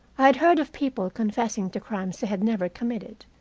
i had heard of people confessing to crimes they had never committed,